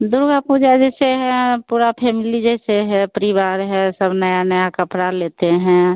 दुर्गा पूजा जैसे है पूरा फेमिली जैसे है परिवार है सब नया नया कपड़ा लेते हैं